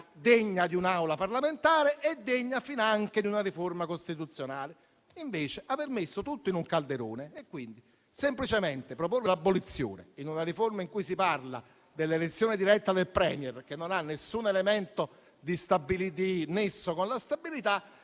degna di un'Assemblea parlamentare e finanche di una riforma costituzionale. Invece, aver messo tutto in un calderone, quindi semplicemente proponendo un'abolizione in una riforma in cui si parla dell'elezione diretta del *Premier*, che non ha nessun elemento che costituisce un nesso con la stabilità,